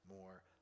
more